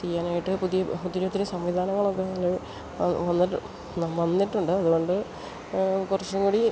ചെയ്യാനായിട്ട് പുതിയ ഒത്തിരി ഒത്തിരി സംവിധാനങ്ങളൊക്കെ അത് വന്നിട്ടുണ്ട് അത്കൊണ്ട് കുറച്ചും കൂടി